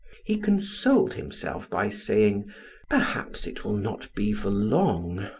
he consoled himself by saying perhaps it will not be for long.